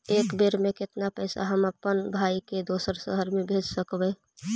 एक बेर मे कतना पैसा हम अपन भाइ के दोसर शहर मे भेज सकबै?